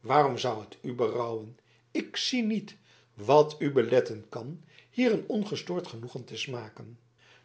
waarom zou het u berouwen ik zie niet wat u beletten kan hier een ongestoord genoegen te smaken